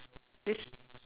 this